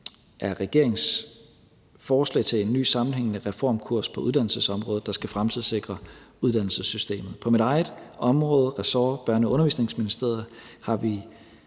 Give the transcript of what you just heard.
er regeringens forslag til en ny sammenhængende reformkurs på uddannelsesområdet, der skal fremtidssikre uddannelsessystemet. På mit eget ressortområde, Børne- og Undervisningsministeriet, har vi